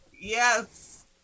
Yes